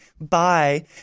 bye